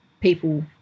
people